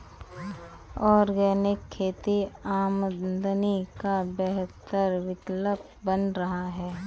organic खेती आमदनी का बेहतर विकल्प बन रहा है